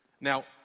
Now